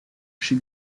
she